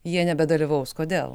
jie nebedalyvaus kodėl